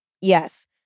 Yes